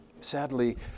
Sadly